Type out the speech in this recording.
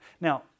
Now